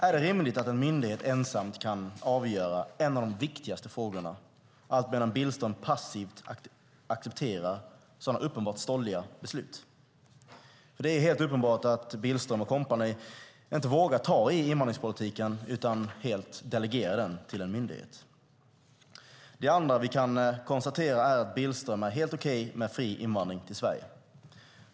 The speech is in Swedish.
Är det rimligt att en myndighet ensam kan avgöra en av de viktigaste frågorna, medan Billström passivt accepterar sådana uppenbart stolliga beslut? Det är helt uppenbart att Billström och kompani inte vågar ta i invandringspolitiken utan helt delegerar den till en myndighet. Det andra vi kan konstatera är att Billström tycker att det är helt okej med fri invandring till Sverige.